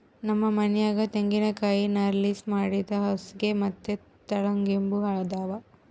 ನಮ್ ಮನ್ಯಾಗ ತೆಂಗಿನಕಾಯಿ ನಾರ್ಲಾಸಿ ಮಾಡಿದ್ ಹಾಸ್ಗೆ ಮತ್ತೆ ತಲಿಗಿಂಬು ಅದಾವ